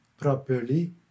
properly